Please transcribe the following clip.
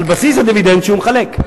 על בסיס הדיבידנד שהוא מחלק.